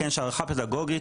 כן של הדרכה פדגוגית,